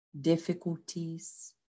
difficulties